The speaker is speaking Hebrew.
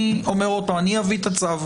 אני אביא את הצו